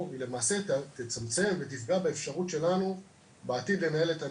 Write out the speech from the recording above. היא למעשה תצמצם ותפגע באפשרות שלנו בעתיד לנהל את ה